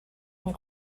and